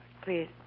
Please